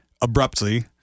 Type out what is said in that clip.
abruptly